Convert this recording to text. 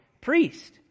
priest